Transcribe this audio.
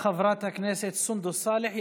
תודה, חברת הכנסת סונדוס סאלח.